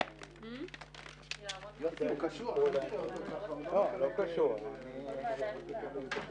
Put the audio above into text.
אני מודה לכם, הישיבה נעולה.